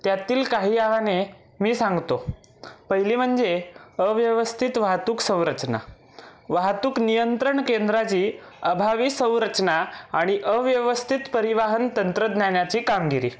त्यातील काही आव्हाने मी सांगतो पहिली म्हणजे अव्यवस्थित वाहतूक संरचना वाहतूक नियंत्रण केंद्राची अभावी संरचना आणि अव्यवस्थित परिवहन तंत्रज्ञानाची कामगिरी